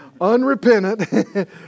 Unrepentant